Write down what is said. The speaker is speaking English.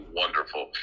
wonderful